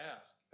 ask